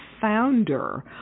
founder